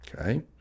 Okay